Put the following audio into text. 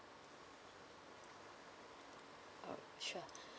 oh sure